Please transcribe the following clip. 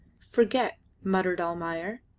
forget! muttered almayer,